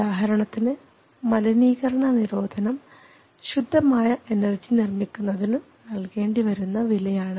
ഉദാഹരണത്തിന് മലിനീകരണ നിരോധനം ശുദ്ധമായ എനർജി നിർമ്മിക്കുന്നതിനു നൽകേണ്ടിവരുന്ന വിലയാണ്